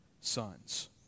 son's